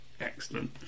Excellent